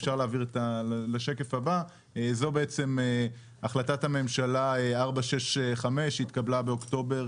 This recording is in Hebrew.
בשקף הבא זו בעצם החלטת הממשלה 465 שהתקבלה באוקטובר